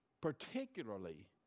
particularly